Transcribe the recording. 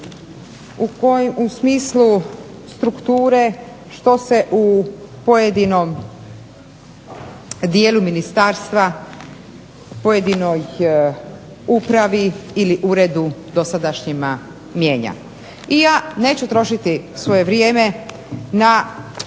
u smislu strukture što se u pojedinom dijelu ministarstva, pojedinoj upravi ili uredu dosadašnjima mijenja. I ja neću trošiti svoje vrijeme na